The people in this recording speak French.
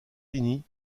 finie